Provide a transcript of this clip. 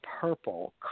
purple